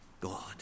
God